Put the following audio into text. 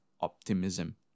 optimism